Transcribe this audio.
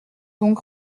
donc